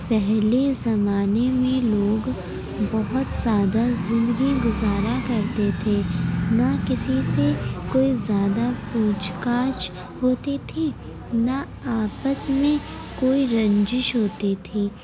پہلے زمانے میں لوگ بہت سادہ زندگی گزارا کرتے تھے نہ کسی سے کوئی زیادہ پوچھ پاچھ ہوتی تھی نہ آپس میں کوئی رنجش ہوتی تھی